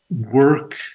work